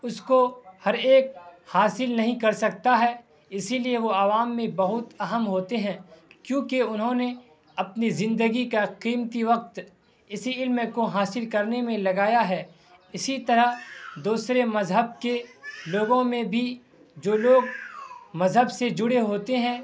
اس کو ہر ایک حاصل نہیں کر سکتا ہے اسی لیے وہ عوام میں بہت اہم ہوتے ہیں کیونکہ انہوں نے اپنی زندگی کا قیمتی وقت اسی علم کو حاصل کرنے میں لگایا ہے اسی طرح دوسرے مذہب کے لوگوں میں بھی جو لوگ مذہب سے جڑے ہوتے ہیں